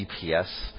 GPS